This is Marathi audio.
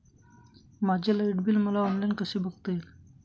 माझे लाईट बिल मला ऑनलाईन कसे बघता येईल?